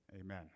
amen